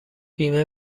بیمه